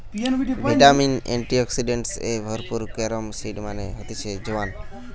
vitamin, antioxidants এ ভরপুর carom seed মানে হতিছে জোয়ান